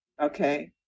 okay